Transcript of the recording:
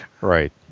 Right